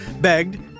begged